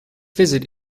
visit